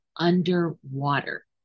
underwater